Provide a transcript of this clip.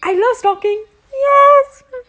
I love stockings yes